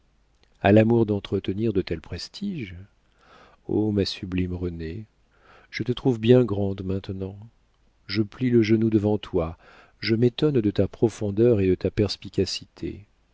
a l'amour d'entretenir de tels prestiges o ma sublime renée je te trouve bien grande maintenant je plie le genou devant toi je m'étonne de ta profondeur et de ta perspicacité